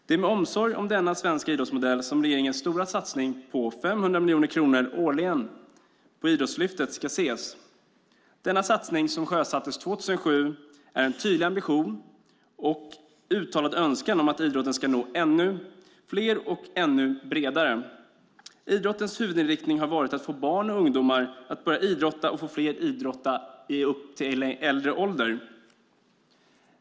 Det är med omsorg om denna svenska idrottsmodell som regeringens stora satsning på 500 miljoner kronor årligen på Idrottslyftet ska ses. Denna satsning som sjösattes 2007 är en tydlig ambition och en uttalad önskan om att idrotten ska nå ännu fler och bli ännu bredare. Idrottslyftets huvudinriktning har varit att få barn och ungdomar att börja idrotta och att få fler att idrotta längre upp i åldrarna.